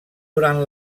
durant